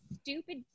stupid